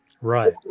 right